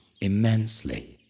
immensely